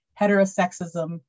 heterosexism